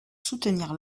soutenir